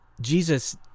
Jesus